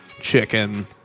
chicken